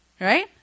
Right